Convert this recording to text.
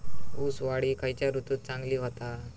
ऊस वाढ ही खयच्या ऋतूत चांगली होता?